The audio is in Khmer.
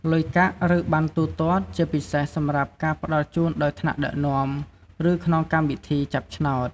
លុយកាក់ ឬប័ណ្ណទូទាត់ ជាពិសេសសម្រាប់ការផ្តល់ជូនដោយថ្នាក់ដឹកនាំ ឬក្នុងកម្មវិធីចាប់ឆ្នោត។